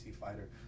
fighter